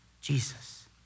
Jesus